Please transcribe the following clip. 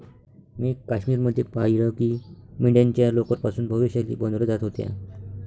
मी काश्मीर मध्ये पाहिलं की मेंढ्यांच्या लोकर पासून भव्य शाली बनवल्या जात होत्या